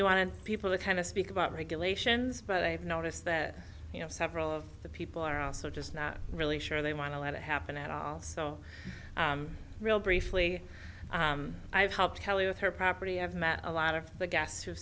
you wanted people to kind of speak about regulations but i notice that you know several of the people are also just not really sure they want to let it happen at all so real briefly i've helped kelly with her property i've met a lot of the guests who